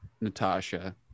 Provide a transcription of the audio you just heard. Natasha